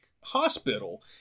hospital